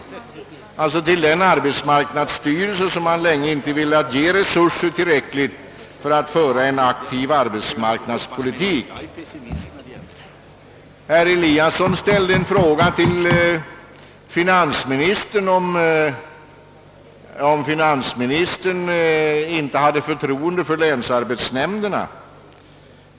Tillståndsgivningen skulle alltså återföras till den arbetsmarknadsstyrelse som de borgerliga sedan länge inte velat ge tillräckliga resurser för att den skall kunna föra en aktiv arbetsmarknadspolitik. Herr Eliasson i Sundborn frågade finansministern, om denne inte hade förtroende för länsarbetsnämnderna.